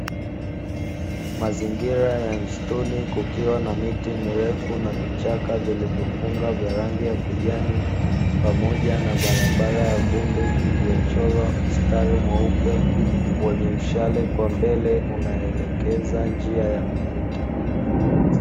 Mazingira ya msituni, kukiwa na miti mirefu na vichaka vilivyofunga vya rangi ya kijani, pamoja na barabara ya vumbi iliyochorwa mstari mweupe wenye mshale kwa mbele unaoelekeza njia ya kupita.